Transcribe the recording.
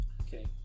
Okay